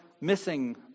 missing